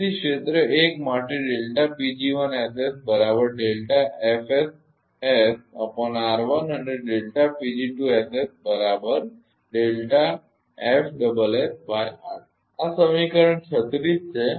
તેથી ક્ષેત્ર 1 માટે અને આ સમીકરણ 36 છે